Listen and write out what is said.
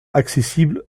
accessibles